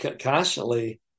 constantly